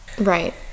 right